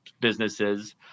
businesses